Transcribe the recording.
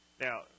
Now